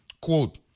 Quote